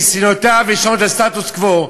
בניסיונותיו לשמור את הסטטוס-קוו,